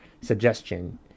suggestion